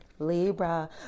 Libra